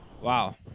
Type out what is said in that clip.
Wow